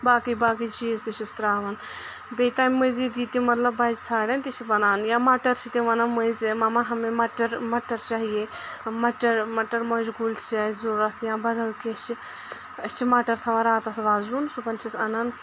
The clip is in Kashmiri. باقٕے باقٕے چیٖز تہِ چھِس تراوان بیٚیہِ تمہِ مٔزیٖد یہِ تہِ مطلب بَچہِ ژھانٛڑؠن تہِ چھِ بنان یا مٹر چھِ تِم ونن مٔنزِۍ مما ہمیں مٹر مٹر چاہِیے مَٹَر مَٹَر موٚنٛجہ گوٗلۍ چھِ اَسہِ ضوٚرَتھ یا بدل کینٛہہ چھِ أسۍ چھِ مٹر تھاوان راتَس وزوُن صُبحَن چھِس اَنان